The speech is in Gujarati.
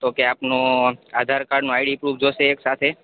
ઓકે આપનું આધાર કાર્ડનું આઈડી પ્રૂફ જોશે એકસાથે